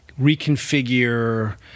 reconfigure